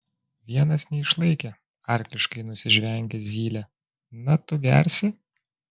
vienas neišlaikė arkliškai nusižvengė zylė na tu gersi